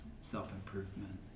self-improvement